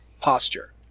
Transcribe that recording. posture